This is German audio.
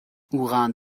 uran